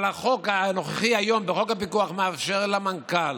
אבל החוק הנוכחי היום, חוק הפיקוח, מאפשר למנכ"ל,